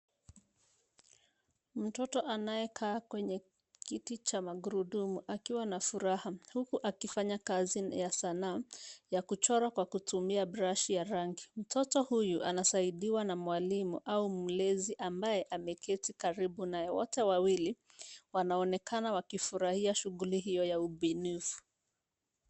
Mtoto anayekaa kwenye kiti cha magurudumu akiwa na furaha huku akifanya kazi ya sanaa ya kuchora kwa kutumia burashi ya rangi. Mtoto huyu anasaidiwa na mwalimu au mlezi ambaye ameketi karibu naye, wote wawili wanaonekana wakifurahia shughuli hiyo ya ubunifu.